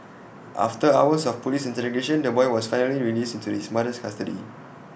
after hours of Police interrogation the boy was finally released into his mother's custody